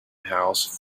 house